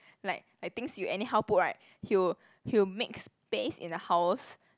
like like things you anyhow put right he'll he'll make space in the house